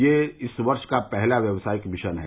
यह इस वर्ष का पहला व्यवसायिक मिशन है